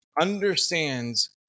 understands